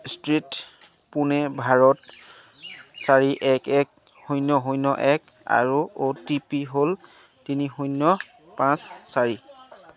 street Pune Bharat চাৰি এক এক শূন্য শূন্য এক আৰু অ' টি পি হ'ল তিনি শূন্য পাঁচ চাৰি